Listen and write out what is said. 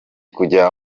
kujya